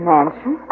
Mansion